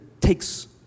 takes